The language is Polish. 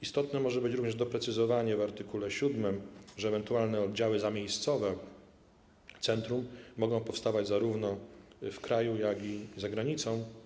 Istotne może być również doprecyzowanie w art. 7, że ewentualne oddziały zamiejscowe centrum mogą powstawać zarówno w kraju, jak i za granicą.